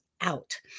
out